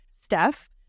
Steph